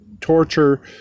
torture